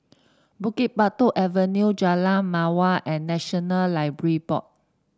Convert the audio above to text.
Bukit Batok Avenue Jalan Mawar and National Library Board